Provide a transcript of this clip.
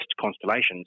constellations